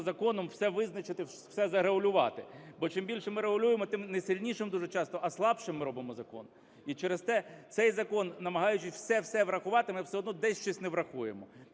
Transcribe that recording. законом все визначити, все зарегулювати. Бо чим більше ми регулюємо, тим не сильнішим дуже часто, а слабшим ми робимо закон. І через те, цей закон, намагаючись все-все врахувати, ми все одно десь щось не врахуємо.